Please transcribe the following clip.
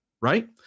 Right